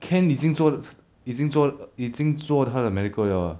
ken 已经做已经做已经做他的 medical 了啊